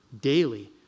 daily